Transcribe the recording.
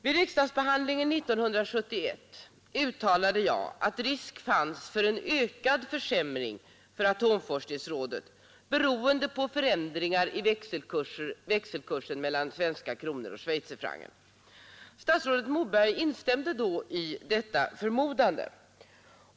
Vid riksdagsbehandlingen 1971 uttalade jag att risk fanns för en ytterligare försämring för atomforskningsrådet beroende på förändringar i växelkursen mellan svenska kronor och schweiziska francs. Statsrådet instämde då i denna förmodan.